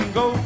go